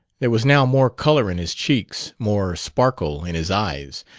there was now more color in his cheeks, more sparkle in his eyes,